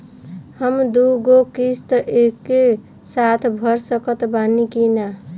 हम दु गो किश्त एके साथ भर सकत बानी की ना?